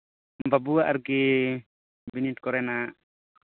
ᱵᱟᱹᱵᱩᱣᱟᱜ ᱟᱨᱠᱤ ᱵᱤᱱᱤᱰ ᱠᱚᱨᱮᱱᱟᱜ